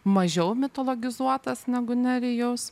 mažiau mitologizuotas negu nerijaus